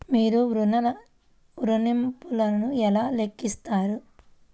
మీరు ఋణ ల్లింపులను ఎలా లెక్కిస్తారు?